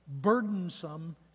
burdensome